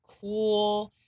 cool